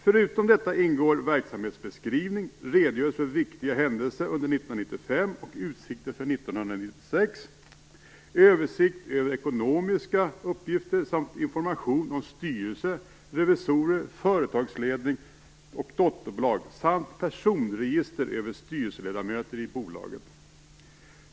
Förutom detta ingår verksamhetsbeskrivning, redogörelse för viktiga händelser under 1995 och utsikter för 1996, översikt över ekonomiska uppgifter, information om styrelse, revisorer, företagsledning och dotterbolag samt ett personregister över styrelseledamöter i bolaget.